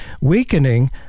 weakening